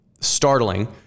startling